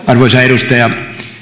arvoisa edustaja